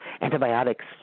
antibiotics